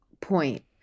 point